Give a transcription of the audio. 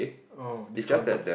oh it's counted